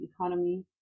economy